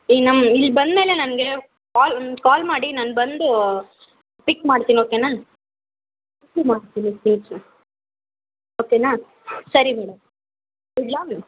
ಈಗ ನಮ್ಮ ಇಲ್ಲಿ ಬಂದಮೇಲೆ ನನಗೆ ಕಾಲ್ ಕಾಲ್ ಮಾಡಿ ನಾನು ಬಂದು ಪಿಕ್ ಮಾಡ್ತೀನಿ ಓಕೆನಾ ಓಕೆನಾ ಸರಿ ಮೇಡಮ್ ಇಡಲಾ